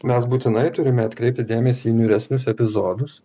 mes būtinai turime atkreipti dėmesį į niūresnius epizodus